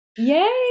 Yay